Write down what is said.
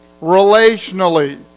relationally